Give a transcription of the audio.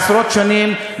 עשרות שנים,